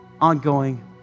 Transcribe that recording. ongoing